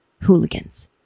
Hooligans